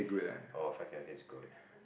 oh fried carrot cake is good